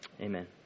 Amen